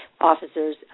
officers